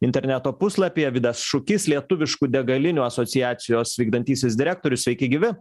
interneto puslapyje vidas šukys lietuviškų degalinių asociacijos vykdantysis direktorius sveiki gyvi